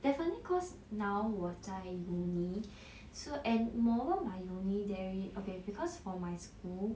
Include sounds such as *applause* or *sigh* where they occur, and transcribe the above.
definitely cause now 我在 uni *breath* so and moreover my uni there is okay because for my school